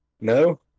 No